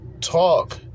talk